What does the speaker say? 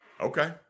Okay